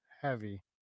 heavy